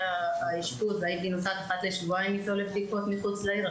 אחרי האשפוז נסעתי אתו לבדיקות מחוץ לעיר אחת לשבועיים,